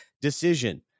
decision